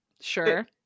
Sure